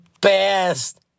best